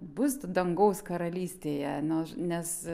bus dangaus karalystėje nu nes